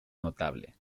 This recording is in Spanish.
notable